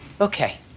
Okay